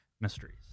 mysteries